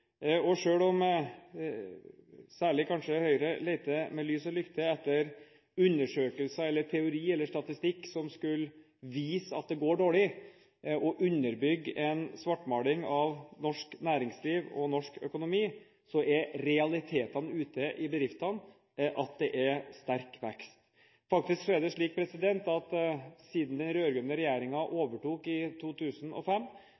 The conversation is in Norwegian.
og selv om kanskje særlig Høyre leter med lys og lykte etter undersøkelser, teori eller statistikk som skal vise at det går dårlig, og underbygge en svartmaling av norsk næringsliv og økonomi, så er realiteten ute i bedriftene at det er sterk vekst. Faktisk er det slik at siden den